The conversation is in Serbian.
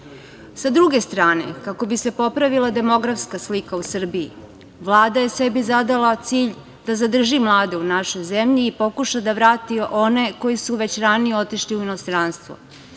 druge strane, kako bi se popravila demografska slika u Srbiji, Vlada je sebi zadala cilj da zadrži mlade u našoj zemlji i pokuša da vrati one koji su već ranije otišli u inostranstvo. Obnova